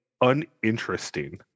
uninteresting